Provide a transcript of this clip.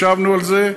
ישבנו על זה.